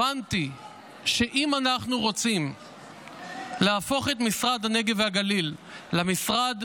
והבנתי שאם אנחנו רוצים להפוך את משרד הנגב והגליל למשרד